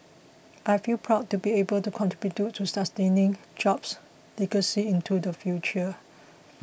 I feel proud to be able to contribute to sustaining Jobs' legacy into the future